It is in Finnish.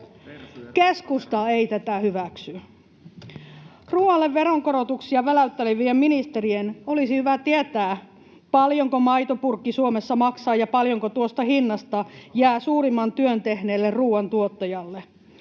Keskusta ei tätä hyväksy. Ruualle veronkorotuksia väläyttelevien ministerien olisi hyvä tietää, paljonko maitopurkki Suomessa maksaa ja paljonko tuosta hinnasta jää suurimman työn tehneelle ruuantuottajalle.